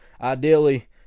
ideally